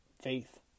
faith